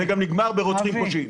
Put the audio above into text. זה גם נגמר ברוצחים פושעים.